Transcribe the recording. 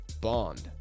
bond